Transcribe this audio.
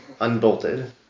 unbolted